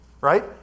right